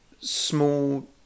small